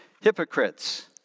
Hypocrites